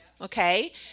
okay